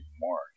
more